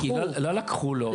לא לקחו לו,